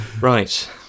Right